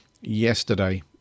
yesterday